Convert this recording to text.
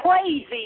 crazy